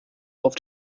auf